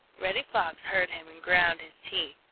reddy fox heard him and ground his teeth.